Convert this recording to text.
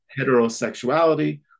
heterosexuality